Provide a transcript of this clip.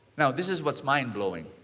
now this is what's mind-blowing.